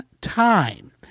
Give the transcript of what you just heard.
time